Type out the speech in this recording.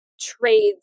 trades